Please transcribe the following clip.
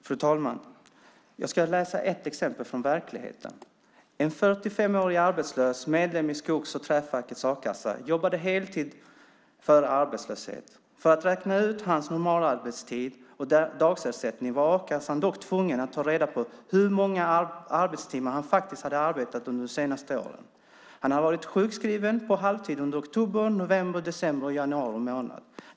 Fru talman! Jag ska läsa upp ett exempel från verkligheten. En 45-årig arbetslös, medlem i Skogs och träfackets a-kassa, jobbade heltid före arbetslöshet. För att räkna ut hans normalarbetstid och dagersättning var a-kassan dock tvungen att ta reda på hur många arbetstimmar han faktiskt hade arbetat under det senaste året. Han hade varit sjukskriven på halvtid under oktober, november, december och januari.